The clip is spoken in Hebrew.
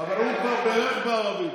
אבל הוא כבר בירך בערבית,